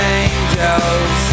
angels